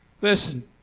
Listen